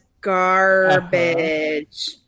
garbage